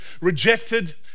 rejected